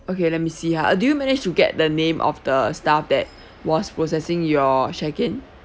okay let me see how do you manage to get the name of the staff that was processing your check in